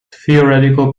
theoretical